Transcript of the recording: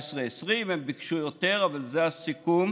2020-2019. הם ביקשו יותר אבל זה הסיכום,